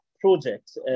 projects